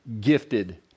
gifted